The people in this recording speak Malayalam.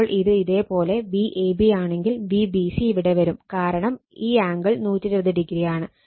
അപ്പോൾ ഇത് ഇതേ പോലെ Vab ആണെങ്കിൽ Vbc ഇവിടെ വരും കാരണം ഈ ആംഗിൾ 120o ആണ്